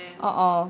uh uh